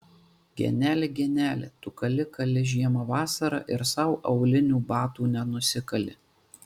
geneli geneli tu kali kali žiemą vasarą ir sau aulinių batų nenusikali